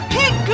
pick